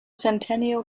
centennial